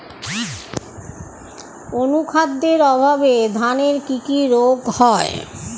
অনুখাদ্যের অভাবে ধানের কি কি রোগ হয়?